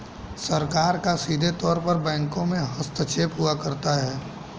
सरकार का सीधे तौर पर बैंकों में हस्तक्षेप हुआ करता है